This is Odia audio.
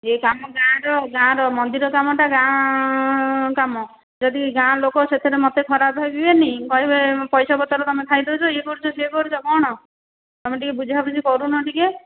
ଏଇ କାମ ଗାଆଁର ଗାଆଁର ମନ୍ଦିର କାମଟା ଗାଆଁ କାମ ଯଦି ଗାଆଁ ଲୋକ ସେଇଥିରେ ମୋତେ ଖରାପ ଭାବିବେନି କହିବେ ପଇସା ପତ୍ର ତୁମେ ଖାଇ ଦେଉଛ ୟେ କରୁଛ ସେ କରୁଛ କଣ ତମେ ଟିକିଏ ବୁଝା ବୁଝି କରୁନ ଟିକେ